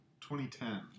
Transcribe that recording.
2010